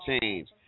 change